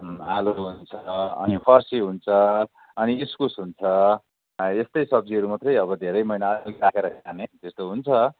आलु हुन्छ अनि फर्सी हुन्छ अनि इस्कुस हुन्छ यस्तै सब्जीहरू मात्रै अब धेरै महिना अलिक राखेर खाने त्यस्तो हुन्छ